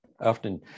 often